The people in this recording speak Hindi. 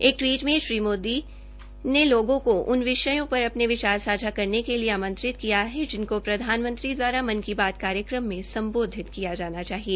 एक टवीट में श्री मोदी ने लोगों को उन विषयों पर अपने विचार सांझा करने के लिए आंमत्रित किया है जिनकों प्रधानमंत्री दवारा मन की बात कार्यक्रम में सम्बोधित किया जाना चाहिए